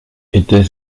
etait